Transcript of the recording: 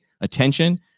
attention